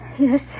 Yes